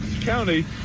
county